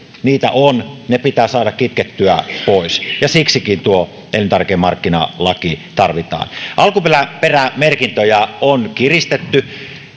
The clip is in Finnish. niitä on pitää saada kitkettyä pois ja siksikin tuo elintarvikemarkkinalaki tarvitaan alkuperämerkintöjä on kiristetty